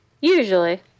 Usually